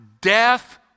death